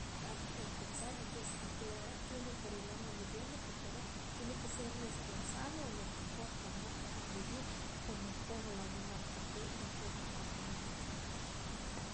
Q'ar kiab' quetzal entonces anteera are' tiene ke rilam la gobierno porque reh tiene ke ser responsable reh lo ke hoj qamood qab'an vivir como ko' la wunaq taqee' yahwur pan qatinimiit